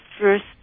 first